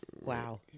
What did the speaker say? Wow